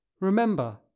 Remember